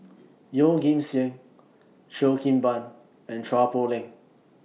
Yeoh Ghim Seng Cheo Kim Ban and Chua Poh Leng